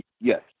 Yes